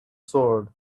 sword